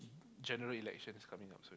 general election is coming up soon